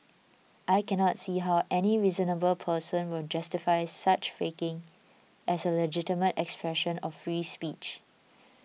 I cannot see how any reasonable person will justify such faking as a legitimate expression of free speech